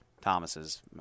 Thomas's